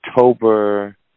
October